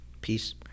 Peace